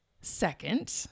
Second